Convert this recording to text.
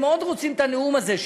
הם מאוד רוצים את הנאום הזה שלי.